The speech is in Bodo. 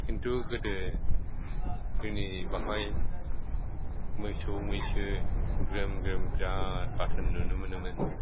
खिन्तु गोदो जोंनि बेवहाय मोसौ मैसो ग्रोम ग्रोम बिराद गाथोन नुनो मोनोमोन